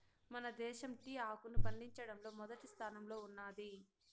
మన దేశం టీ ఆకును పండించడంలో మొదటి స్థానంలో ఉన్నాది